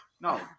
no